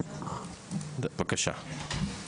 בבקשה.